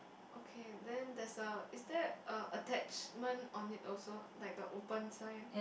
okay then there's a is there a attachment on it also like a open sign